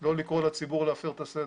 לא לקרוא לציבור להפר את הסדר.